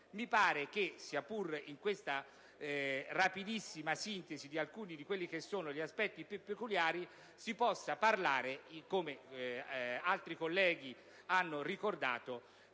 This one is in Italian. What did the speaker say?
Mi pare che, sia pure nella rapidissima sintesi di alcuni degli aspetti più peculiari, si possa parlare - come altri colleghi hanno ricordato